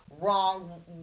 wrong